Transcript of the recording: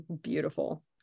beautiful